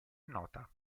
nota